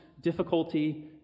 difficulty